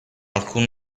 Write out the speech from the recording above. alcun